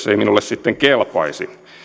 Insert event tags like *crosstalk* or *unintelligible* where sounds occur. *unintelligible* se ei minulle sitten kelpaisi